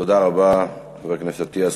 תודה רבה, חבר הכנסת אטיאס.